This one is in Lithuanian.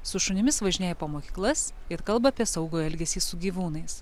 su šunimis važinėja po mokyklas ir kalba apie saugų elgesį su gyvūnais